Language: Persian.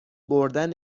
بردن